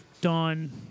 done